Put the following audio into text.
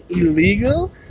illegal